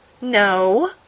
No